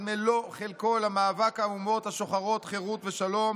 מלוא-חלקו למאבק האומות השוחרות חירות ושלום